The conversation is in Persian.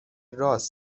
راس